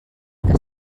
que